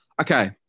okay